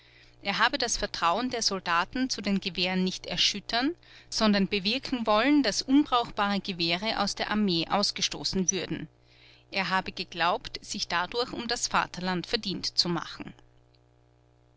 er habe das vertrauen der soldaten zu den gewehren nicht erschüttern sondern bewirken wollen daß unbrauchbare gewehre aus der armee ausgestoßen würden er habe geglaubt sich dadurch um das vaterland verdient zu machen